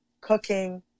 Cooking